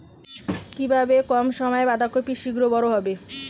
কিভাবে কম সময়ে বাঁধাকপি শিঘ্র বড় হবে?